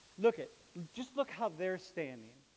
look it, just look how they're standing.